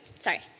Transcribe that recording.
Sorry